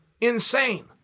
insane